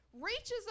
reaches